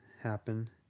happen